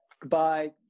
goodbye